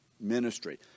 ministry